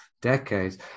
decades